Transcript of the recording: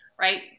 right